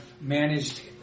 managed